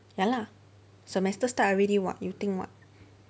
ya lah semester start already [what] you think what